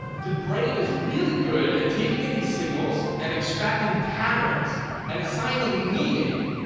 the brain is really good at taking in these signals and extracting patterns and assigning meaning,